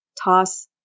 toss